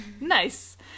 nice